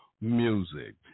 Music